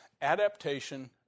adaptation